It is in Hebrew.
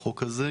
בחוק הזה,